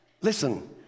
Listen